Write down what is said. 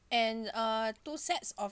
and uh two sets of